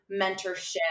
mentorship